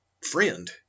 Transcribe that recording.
friend